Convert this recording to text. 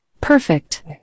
Perfect